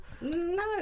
No